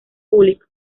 público